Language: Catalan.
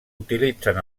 utilitzen